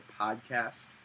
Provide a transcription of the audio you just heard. podcast